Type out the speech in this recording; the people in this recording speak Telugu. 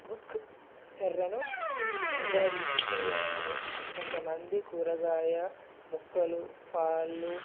హుక్ ఎరను ఉపయోగిస్తను కొంతమంది కూరగాయ ముక్కలు పాలు